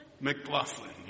McLaughlin